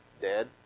Dead